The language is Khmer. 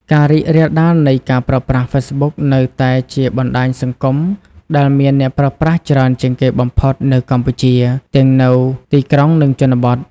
ការរីករាលដាលនៃការប្រើប្រាស់ Facebook នៅតែជាបណ្ដាញសង្គមដែលមានអ្នកប្រើប្រាស់ច្រើនជាងគេបំផុតនៅកម្ពុជា ទាំងនៅទីក្រុង និងជនបទ។